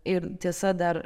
ir tiesa dar